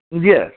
Yes